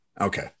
Okay